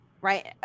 right